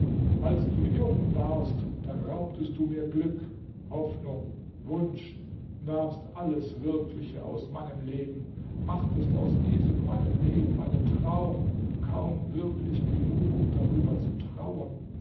als du jung warst da raubtest du mir glück hoffnung wunsch nahmst alles wirkliche aus meinem leben machtest aus diesem meinem leben einen traum kaum wirklich genug um darüber zu trauern